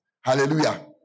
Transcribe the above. Hallelujah